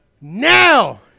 now